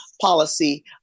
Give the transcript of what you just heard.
policy